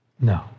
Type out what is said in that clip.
No